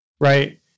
right